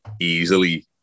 easily